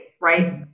right